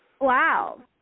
wow